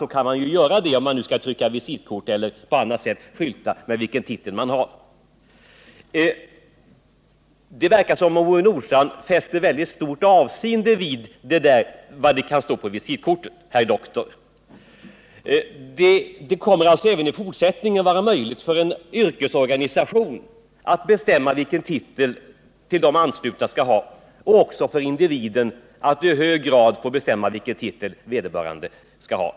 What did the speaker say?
så kan man göra det, om man nu skall trycka visitkort eller på annat sätt skylta med vilken titel man har. Det verkar som om Ove Nordstrandh fäster väldigt stort avseende vid vad det skall stå på visitkortet, herr doktor. Det kommer även i fortsättningen att vara möjligt för en yrkesorganisation att bestämma vilken titel de anslutna skall ha och även för individer att i hög grad få bestämma vilken titel vederbörande skall ha.